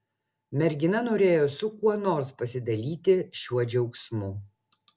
mergina norėjo su kuo nors pasidalyti šiuo džiaugsmu